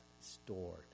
stored